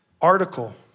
article